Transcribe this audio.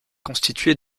constitué